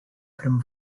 from